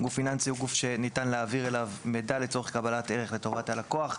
גוף פיננסי הוא גוף שניתן להעביר אליו מידע לצורך קבלת ערך לטובת הלקוח.